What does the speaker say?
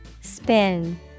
Spin